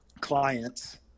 clients